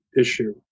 issue